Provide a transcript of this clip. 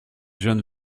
jeune